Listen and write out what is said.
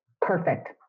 Perfect